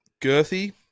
Girthy